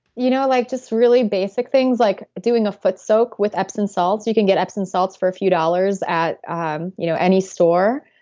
you know like just really basic things like doing a foot soak with epsom salts. you can get epsom salts for a few dollars at um you know any store.